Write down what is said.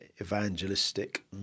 evangelistic